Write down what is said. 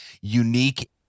unique